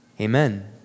Amen